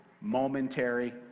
momentary